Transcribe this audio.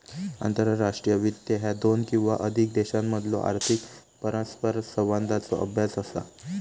आंतरराष्ट्रीय वित्त ह्या दोन किंवा अधिक देशांमधलो आर्थिक परस्परसंवादाचो अभ्यास असा